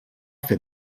fer